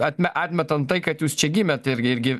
atme atmetant tai kad jūs čia gimėt ir irgi